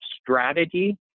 strategy